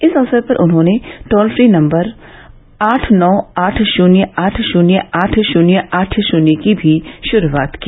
इस अवसर पर उन्होंने टोल फ्री नम्बर आठ नौ आठ षून्य आठ षून्य आठ षून्य आठ षून्य की भी शुरूआत की